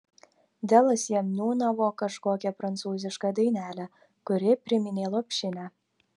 delas jam niūniavo kažkokią prancūzišką dainelę kuri priminė lopšinę